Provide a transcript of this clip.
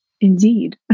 indeed